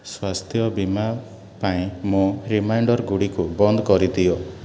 ସ୍ଵାସ୍ଥ୍ୟ ବୀମା ପାଇଁ ମୋ ରିମାଇଣ୍ଡର୍ଗୁଡ଼ିକୁ ବନ୍ଦ କରିଦିଅ